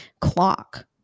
Clock